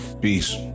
Peace